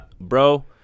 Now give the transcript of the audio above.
bro